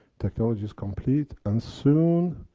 technology is complete, and soon.